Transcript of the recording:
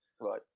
right